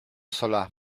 cela